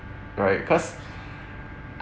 right cause